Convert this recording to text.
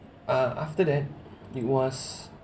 uh after that it was